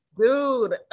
Dude